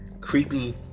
Creepy